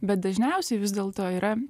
bet dažniausiai vis dėlto yra